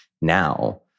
now